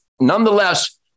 nonetheless